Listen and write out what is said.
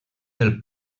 del